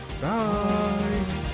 Bye